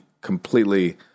completely